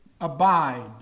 abide